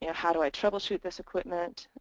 how do i trouble shoot this equipment,